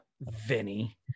Vinny